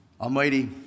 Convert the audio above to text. Almighty